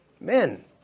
Men